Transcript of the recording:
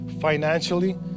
financially